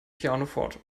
pianoforte